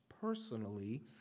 personally